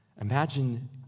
imagine